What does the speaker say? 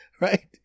Right